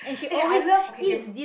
I love okay okay